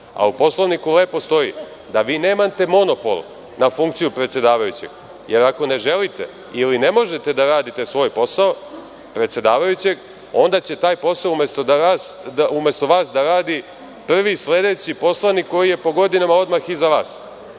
a u Poslovniku lepo stoji da vi nemate monopol na funkciju predsedavajućeg, jer ako ne želite ili ne možete da radite svoj posao predsedavajućeg onda će taj posao umesto vas da radi prvi sledeći poslanik koji je po godinama odmah iza vas.